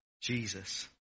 Jesus